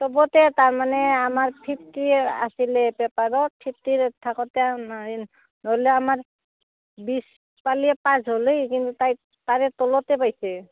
চবতে তাৰমানে আমাৰ ফিফ্টি আছিলে পেপাৰত ফিফ্টি থাকোঁতে নাই হ'লে আমাৰ বিছ পালে পাছ হ'লেই হয় কিন্তু তাই তাৰ তলতে পাইছে